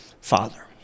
father